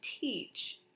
teach